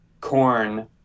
corn